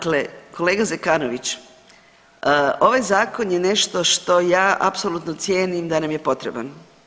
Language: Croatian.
Dakle, kolega Zekanović ovaj zakon je nešto što ja apsolutno cijenim da nam je potreban.